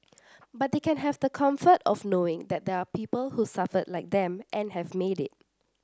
but they can have the comfort of knowing that there are people who suffered like them and have made it